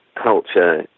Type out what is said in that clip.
culture